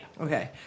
Okay